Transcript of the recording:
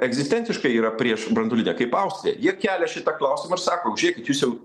egzistenciškai yra prieš branduolinę kaip austrija jie kelia šitą klausimą ir sako žiūrėkit jūs jau